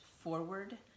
forward